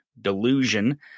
Delusion